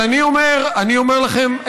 אני אומר לכם,